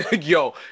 Yo